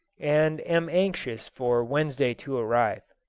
and am anxious for wednesday to arrive.